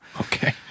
Okay